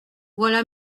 voilà